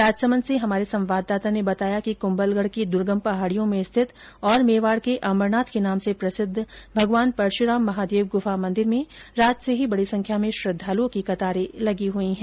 राजसमंद से हमारे संवाददाता ने बताया कि कुम्भलगढ की दुर्गम पहाडियों में स्थित और मेवाड के अमरनाथ के नाम से प्रसिद्व भगवान परशुराम महादेव गुफा मंदिर में रात से ही बड़ी संख्या में श्रद्वालुओं की कतारे लगी हुई है